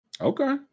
Okay